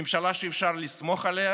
ממשלה שאפשר לסמוך עליה